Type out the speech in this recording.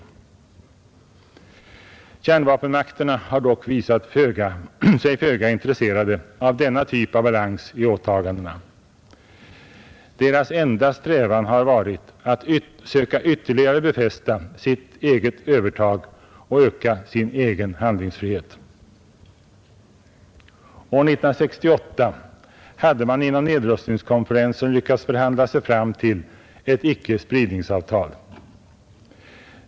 Kärnvapenmakterna har dock visat sig föga intresserade av denna typ av balans i åtagandena. Deras enda strävanden har varit att söka ytterligare befästa sitt eget övertag och öka sin egen handlingsfrihet. År 1968 hade man inom nedrustningskonferensen lyckats förhandla sig fram till ett icke-spridningsavtal.